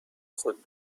خود